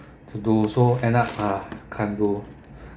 to do also so end up can't do